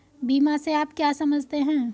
बीमा से आप क्या समझते हैं?